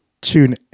tune